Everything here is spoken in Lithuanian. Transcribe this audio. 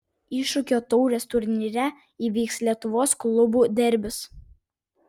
iššūkio taurės turnyre įvyks lietuvos klubų derbis